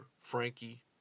Frankie